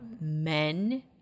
men